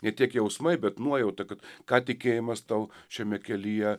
ne tiek jausmai bet nuojauta kad ką tikėjimas tau šiame kelyje